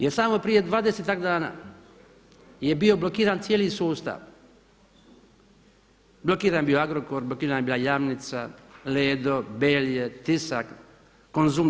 Jer samo prije dvadesetak dana je bio blokiran cijeli sustav, blokiran je bio Agrokor, blokirana je bila Jamnica, Ledo, Belje, Tisak, Konzum.